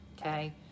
Okay